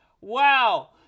Wow